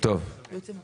13:30